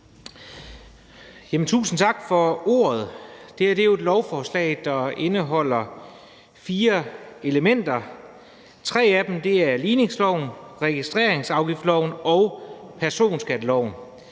Tusind tak for ordet. Det her er jo et lovforslag, der indeholder fire elementer. Tre af dem er ligningsloven, registreringsafgiftsloven og personskatteloven.